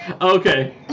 Okay